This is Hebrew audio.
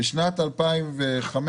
בשנת 2005,